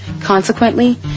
Consequently